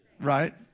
right